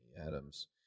Adams